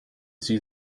see